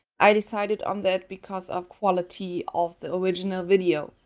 i decided on that, because of quality of the original video.